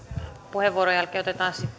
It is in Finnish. puheenvuoron jälkeen otetaan